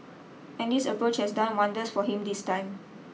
and this approach has done wonders for him this time